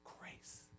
grace